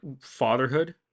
fatherhood